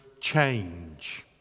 change